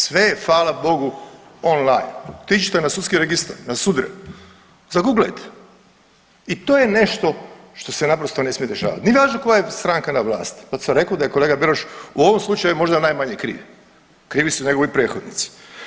Sve je fala Bogu online, otiđite na sudski registar, na sudove, zaguglajte i to je nešto što se naprosto ne smije dešavat, nije važno koja je stranka na vlasti, zato sam rekao da je kolega Beroš u ovom slučaju možda najmanje kriv, krivi su njegovi prethodnici.